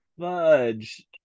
fudge